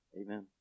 Amen